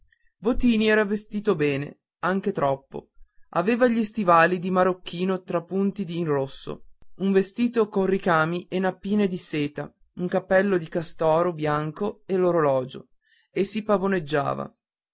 votini era vestito bene anche troppo aveva gli stivali di marocchino trapunti di rosso un vestito con ricami e nappine di seta un cappello di castoro bianco e l'orologio e si pavoneggiava